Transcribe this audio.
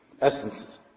essence